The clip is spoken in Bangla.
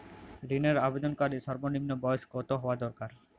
ঋণের আবেদনকারী সর্বনিন্ম বয়স কতো হওয়া দরকার?